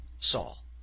Saul